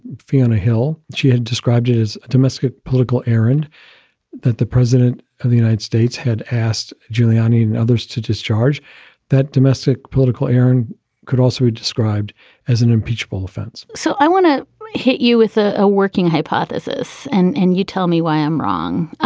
fiona hill. she had described it as a domestic political errand that the president. ah the united states had asked giuliani and others to discharge that domestic political air could also be described as an impeachable offense so i want to hit you with ah a working hypothesis and and you tell me why i'm wrong.